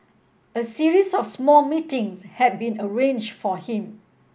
a series of small meetings had been arrange for him